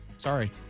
Sorry